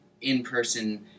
in-person